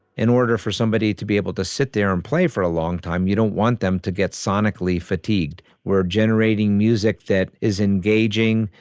in order for somebody to be able to sit there and play for a long time, you don't want them to get sonically fatigued. we're generating music that is engaging,